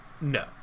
No